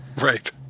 Right